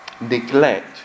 neglect